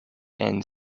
and